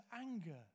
anger